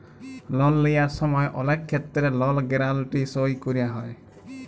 লল লিয়ার সময় অলেক ক্ষেত্রে লল গ্যারাল্টি সই ক্যরা হ্যয়